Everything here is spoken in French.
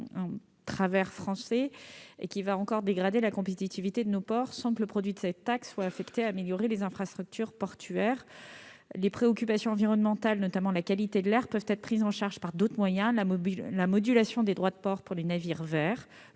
un travers français -, on dégraderait encore la compétitivité de nos ports, sans que le produit de la taxe instaurée soit affecté à l'amélioration des infrastructures portuaires. Les préoccupations environnementales, notamment la qualité de l'air, peuvent être prises en compte par d'autres moyens, comme la modulation des droits de port pour les navires verts,